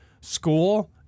school